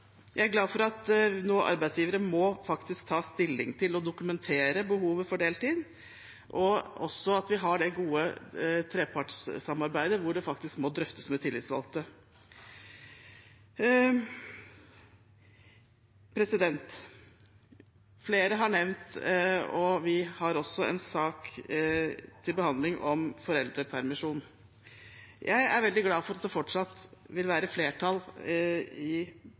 Jeg er glad for at arbeidsgivere nå faktisk må ta stilling til og dokumentere behovet for deltid, og også at vi har det gode trepartssamarbeidet, hvor det faktisk må drøftes med tillitsvalgte. Flere har nevnt foreldrepermisjon, og vi har også en sak til behandling om det. Jeg er veldig glad for at det fortsatt vil være flertall i